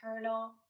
eternal